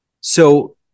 So-